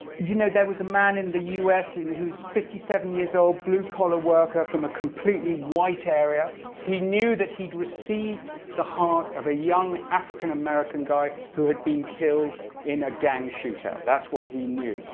you know there was a man in the us who is fifty seven years old, blue collar worker, from a completely white area. he knew that he'd received the heart of a young african-american guy who had been killed in a gang shootout. that's what he knew.